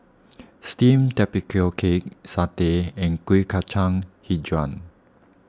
Steamed Tapioca Cake Satay and Kuih Kacang HiJau